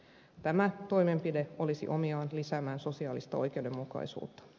tämä toimenpide olisi omiaan lisäämään sosiaalista oikeudenmukaisuutta